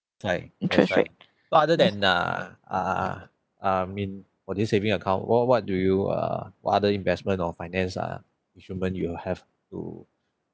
like just like so other than err err err mean for this saving account what what do you err what other investment or finance uh instrument you have to